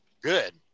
Good